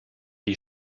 die